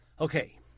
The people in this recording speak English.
Okay